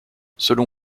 selon